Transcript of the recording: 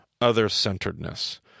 other-centeredness